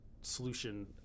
solution